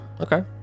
Okay